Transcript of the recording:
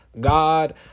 God